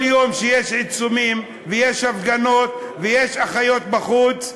כל יום שיש עיצומים ויש הפגנות ויש אחיות בחוץ,